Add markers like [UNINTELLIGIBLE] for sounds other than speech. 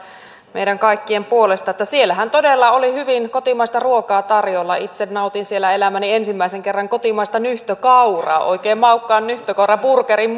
meidän kaikkien puolesta että siellähän todella oli hyvin kotimaista ruokaa tarjolla itse nautin siellä elämäni ensimmäisen kerran kotimaista nyhtökauraa oikein maukkaan nyhtökauraburgerin [UNINTELLIGIBLE]